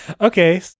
okay